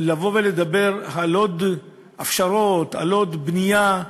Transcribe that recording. במקום לבוא ולדבר על עוד הפשרות, על עוד בנייה,